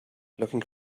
looking